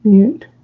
Mute